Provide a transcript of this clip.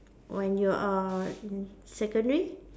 when you are in secondary